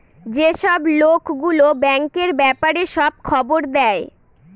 যেসব লোক গুলো ব্যাঙ্কের ব্যাপারে সব খবর দেয়